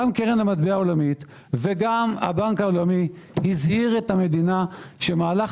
גם קרן המטבע העולמית וגם הבנק העולמי הזהיר את המדינה שמהלך